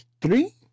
Three